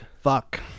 fuck